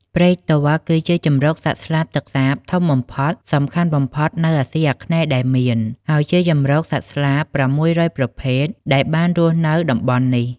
ព្រែកទាល់ គឺជាជម្រកសត្វស្លាបទឹកសាបធំបំផុតងសំខាន់បំផុតនៅអាស៊ីអាគ្នេយ៍ដែលមាន ហើយជាជម្រកសត្វស្លាប៦០០ប្រភេទដែលបានរស់នៅតំបន់នេះ។